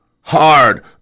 hard